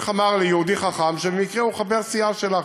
איך אמר לי יהודי חכם שבמקרה הוא חבר סיעה שלך,